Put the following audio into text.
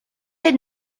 had